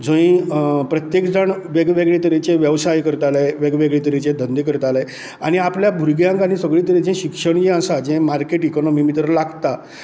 जंय प्रत्येक जाण वेगळे वेगळे तरेचे व्यवसाय करताले वेगळे वेगळे तरेचे धंदे करताले आनी आपल्या भुरग्यांक आनी सगळे तरेचे शिक्षण हें आसा जें मार्केट इकनोमी भितर लागता